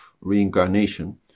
reincarnation